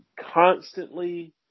constantly